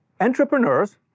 Entrepreneurs